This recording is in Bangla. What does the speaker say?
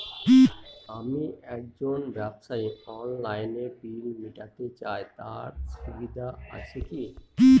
আমি একজন ব্যবসায়ী অনলাইনে বিল মিটাতে চাই তার সুবিধা আছে কি?